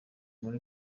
muri